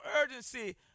urgency